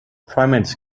primates